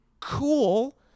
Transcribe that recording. cool